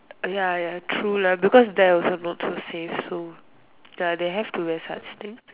ya ya true lah because there also not so safe so ya they have to wear such things